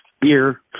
beer